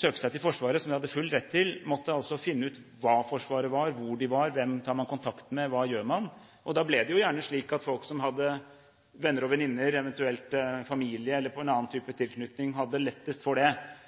søke seg til Forsvaret, som de hadde full rett til – måtte finne ut hva Forsvaret var, hvor de var, hvem man tar kontakt med, og hva man gjør. Da ble det gjerne slik at folk som hadde venner og venninner, eventuelt familie eller en annen type tilknytning, hadde lettest for det.